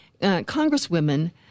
congresswomen